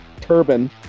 turban